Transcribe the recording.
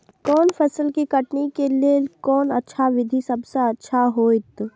कोनो फसल के कटनी के लेल कोन अच्छा विधि सबसँ अच्छा होयत?